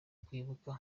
kwibuka